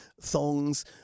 thongs